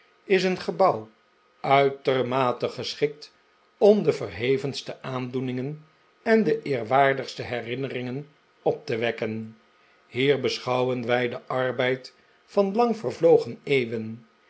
js een gebouw uitermate geschikt om de verhevenste aandoeningen en de eerwaardigste herinneringen op te wekken hier beschouwen wij den arbeid van lang vervlogen eeuwen